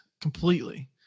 completely